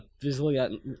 physically